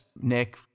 nick